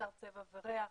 חסר צבע וריק,